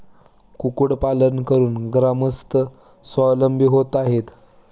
कुक्कुटपालन करून ग्रामस्थ स्वावलंबी होत आहेत